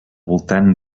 voltant